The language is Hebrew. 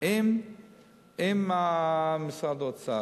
לבין משרד האוצר,